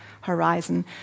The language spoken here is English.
horizon